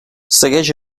segueix